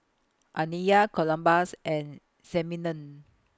Aniya Columbus and Simeon